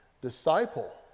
disciple